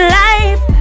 life